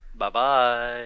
Bye-bye